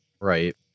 Right